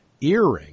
earring